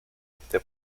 este